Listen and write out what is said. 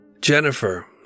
Jennifer